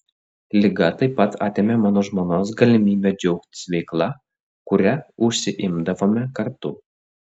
liga taip pat atėmė mano žmonos galimybę džiaugtis veikla kuria užsiimdavome kartu